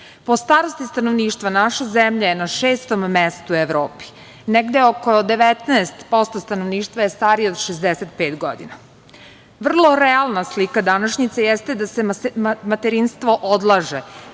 starosti stanovništva naša zemlja je na šestom mestu u Evropi. Negde oko 19% stanovništva je starije od 65 godina. Vrlo realna slika današnjice jeste da se materinstvo odlaže